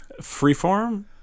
Freeform